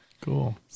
Cool